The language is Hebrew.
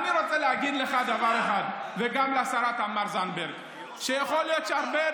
אני ביקשתי דבר מאוד פשוט: זה דפוס פעולה,